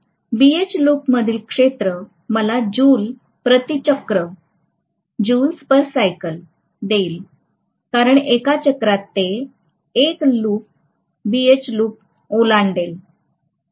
तर BH लूपमधील क्षेत्र मला जूल प्रति चक्र देईल कारण एका चक्रात ते एक BH लूप ओलांडेल